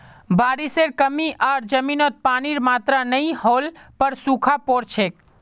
बारिशेर कमी आर जमीनत पानीर मात्रा नई होल पर सूखा पोर छेक